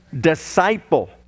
disciple